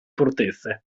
fortezze